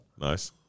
nice